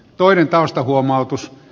toinen taustahuomautus